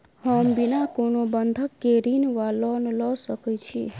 हम बिना कोनो बंधक केँ ऋण वा लोन लऽ सकै छी?